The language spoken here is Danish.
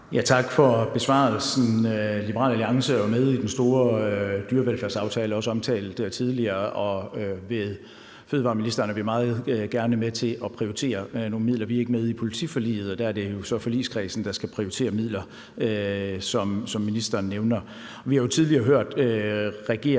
Tak for besvarelsen. Liberal Alliance er jo med i den store dyrevelfærdsaftale, også omtalt tidligere, ved fødevareministeren, og vi er meget gerne med til at prioritere nogle midler. Vi er ikke med i politiforliget, og der er det jo så forligskredsen, der skal prioritere midler, som ministeren nævner.